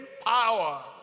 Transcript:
power